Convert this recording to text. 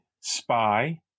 spy